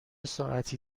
ساعتی